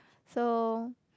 so